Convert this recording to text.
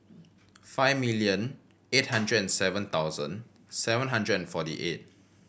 five million eight hundred and seven thousand seven hundred and forty eight